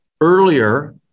earlier